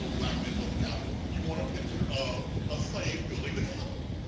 so black men built the capital. you want a picture of a slave building the capital.